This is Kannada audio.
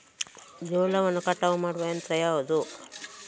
ಜೋಳವನ್ನು ಕಟಾವು ಮಾಡುವ ಯಂತ್ರ ಯಾವುದು?